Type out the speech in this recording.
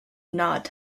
not